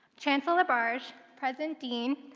chancellor labarge, president deane,